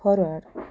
forward